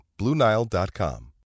BlueNile.com